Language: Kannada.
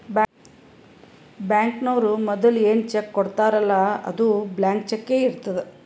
ಬ್ಯಾಂಕ್ನವ್ರು ಮದುಲ ಏನ್ ಚೆಕ್ ಕೊಡ್ತಾರ್ಲ್ಲಾ ಅದು ಬ್ಲ್ಯಾಂಕ್ ಚಕ್ಕೇ ಇರ್ತುದ್